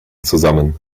zusammen